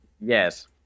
Yes